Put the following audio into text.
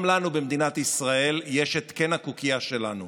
גם לנו במדינת ישראל יש את קן הקוקייה שלנו,